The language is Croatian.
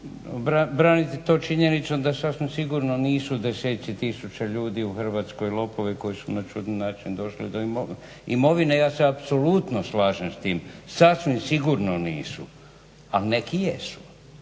Braniti to činjenično da sasvim sigurno nisu deseci tisuća ljudi u Hrvatskoj lopovi koji su na čudni način došli do imovine. Ja se apsolutno slažem s tim, sasvim sigurno nisu, ali neki jesu.